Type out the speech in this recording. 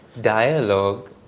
dialogue